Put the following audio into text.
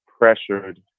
pressured